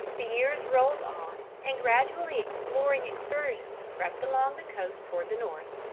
the years rolled on and gradually exploring excursions crept along the coast towards the north,